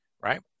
right